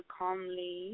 calmly